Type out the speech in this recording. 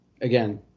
again